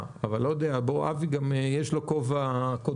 לאבי יש גם כובע קודם.